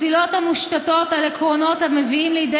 מסילות המושתתות על עקרונות המביאים לידי